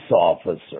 officer